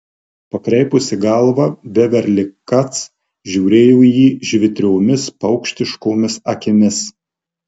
pakreipusi galvą beverli kac žiūrėjo į jį žvitriomis paukštiškomis akimis